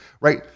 right